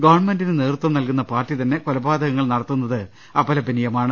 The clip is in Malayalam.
ഗവൺമെന്റിന് നേതൃത്വം നൽകുന്ന പാർട്ടിതന്നെ കൊലപാതകങ്ങൾ നട ത്തുന്നത് അപലപനീയമാണ്